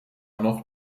noch